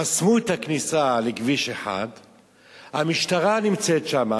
חסמו את הכניסה לכביש 1. המשטרה נמצאת שם,